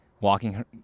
walking